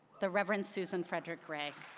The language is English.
the reverend susan frederick-gray.